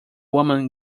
woman